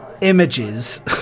images